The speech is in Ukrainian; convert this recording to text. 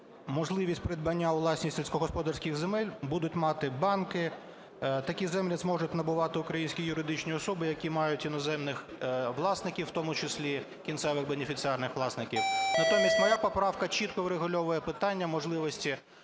можливість придбання у власність сільськогосподарських земель будуть мати банки, такі землі зможуть набувати українські юридичні особи, які мають іноземних власників, в тому числі кінцевих бенефіціарних власників. Натомість моя поправка чітко врегульовує питання можливості